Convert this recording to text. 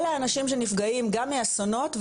אלה אנשים שנפגעים גם מאסונות,